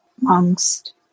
amongst